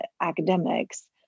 academics